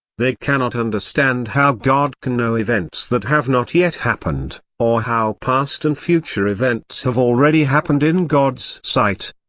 they cannot understand how god can know events that have not yet happened, or how past and future events have already happened in god's sight.